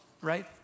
right